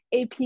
ap